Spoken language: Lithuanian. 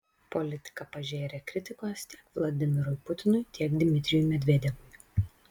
politika pažėrė kritikos tiek vladimirui putinui tiek dmitrijui medvedevui